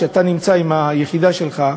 שאתה נמצא עם היחידה שלך,